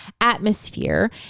atmosphere